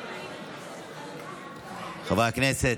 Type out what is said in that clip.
חברי הכנסת,